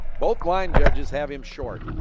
both line judges have him short.